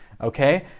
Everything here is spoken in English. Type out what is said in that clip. Okay